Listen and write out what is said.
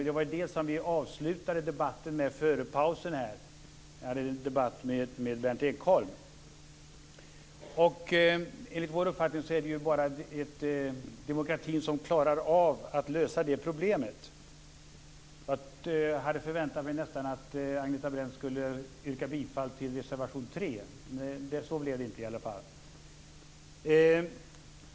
Detta var uppe i en diskussion mellan mig och Berndt Ekholm precis före pausen. Enligt vår uppfattning är det bara demokratin som klarar av att lösa det problemet. Jag hade nästan förväntat mig att Agneta Brendt skulle yrka bifall till reservation 3, men så blev det inte.